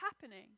happening